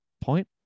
point